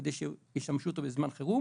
כדי שישמשו אותו בזמן חירום.